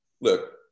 Look